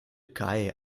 kai